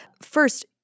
First